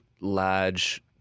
large